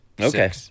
Okay